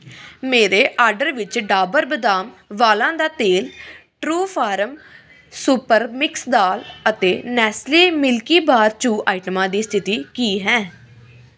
ਮੇਰੇ ਆਰਡਰ ਵਿੱਚ ਡਾਬਰ ਬਦਾਮ ਵਾਲਾਂ ਦਾ ਤੇਲ ਟਰਉਫਾਰਮ ਸੁਪਰਮਿਕਸ ਦਾਲ ਅਤੇ ਨੈਸਲੇ ਮਿਲਕੀਬਾਰ ਚੂ ਆਈਟਮਾਂ ਦੀ ਸਥਿਤੀ ਕੀ ਹੈ